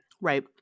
Right